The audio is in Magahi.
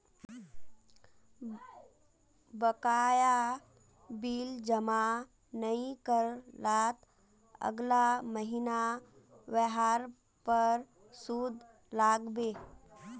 बकाया बिल जमा नइ कर लात अगला महिना वहार पर सूद लाग बे